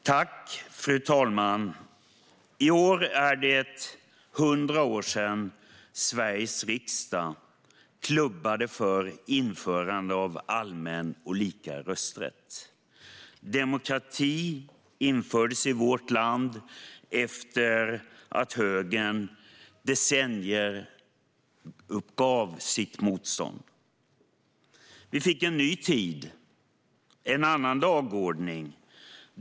Fru talman! I år är det 100 år sedan Sveriges riksdag klubbade igenom att införa allmän och lika rösträtt. Demokrati infördes i vårt land efter att högern efter decennier gav upp sitt motstånd. Vi fick en ny tid och en annan dagordning.